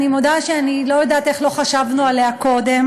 אני מודה שאני לא יודעת איך לא חשבנו עליה קודם.